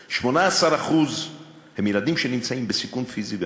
18% הם ילדים שנמצאים בסיכון פיזי ונפשי.